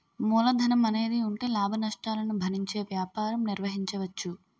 మూలధనం అనేది ఉంటే లాభనష్టాలను భరించే వ్యాపారం నిర్వహించవచ్చు